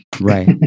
Right